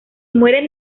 mueren